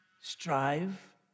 strive